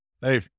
hey